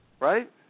right